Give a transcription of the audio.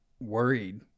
worried